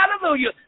hallelujah